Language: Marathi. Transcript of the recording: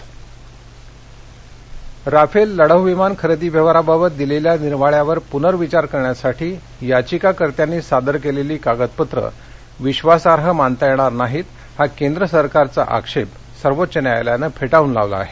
राफेल राफेल लढाऊ विमान खरेदी व्यवहाराबाबत दिलेल्या निर्वाळ्यावर पुनर्विचार करण्यासाठी याचिकाकर्त्यांनी सादर केलेली कागदपत्रं विशासाई मानता येणार नाहीत हा केंद्र सरकारचा आक्षेप सर्वोच्च न्यायालयानं फेटाळन लावला आहे